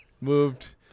moved